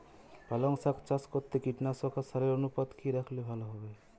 পালং শাক চাষ করতে কীটনাশক আর সারের অনুপাত কি রাখলে ভালো হবে?